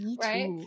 right